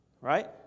right